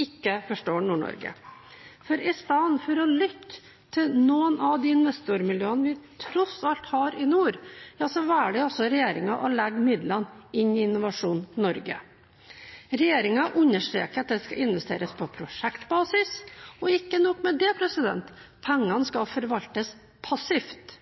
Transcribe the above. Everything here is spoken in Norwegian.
ikke forstår Nord-Norge. I stedet for å lytte til noen av de investormiljøene vi tross alt har i nord, velger regjeringen å legge midlene inn i Innovasjon Norge. Regjeringen understreker at det skal investeres på prosjektbasis. Og ikke nok med det: Pengene skal forvaltes passivt.